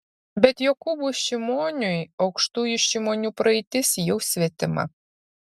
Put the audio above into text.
bet jokūbui šimoniui aukštųjų šimonių praeitis jau svetima